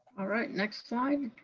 all right, next slide,